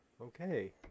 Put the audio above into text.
Okay